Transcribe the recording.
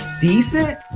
decent